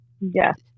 Yes